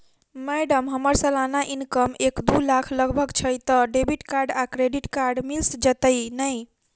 Madam हम्मर सलाना income एक दु लाख लगभग छैय तऽ डेबिट कार्ड आ क्रेडिट कार्ड मिल जतैई नै?